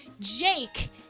Jake